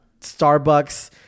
Starbucks